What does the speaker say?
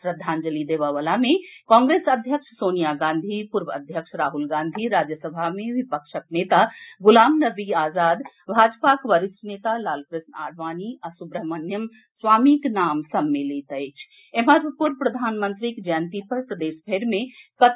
श्रद्धांजलि देबय वला मे कांग्रेस अध्यक्ष सोनिया गांधी पूर्व अध्यक्ष राहुल गांधी राज्यसभा मे विपक्षक नेता गुलाम नबी आजाद भाजपाक वरिष्ठ नेता लालकृष्ण आडवाणी आ सुब्रहमण्यम स्वामीक नाम सम्मिलित अछि एम्हर पूर्व प्रधानमंत्रीक जयंती पर प्रदेश भरि मे कतेको आयोजन कएल गेल